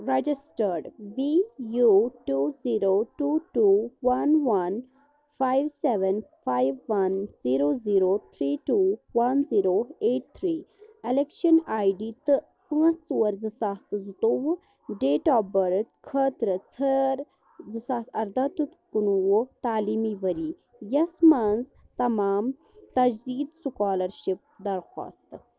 register V U two zero two two one one five seven five one zero zero three two one zero eight three election I D تہٕ پانٛژھ ژور زٕ ساس تہٕ زٕتوٚوُہ date of birth خٲطرٕ ژھانڈ زٕ ساس ارداہ ٹُو طتہظ کُنوُہ تالیٖمی ؤری یَس منٛز تمام تجدیٖد سُکالَرشِپ درخۄاست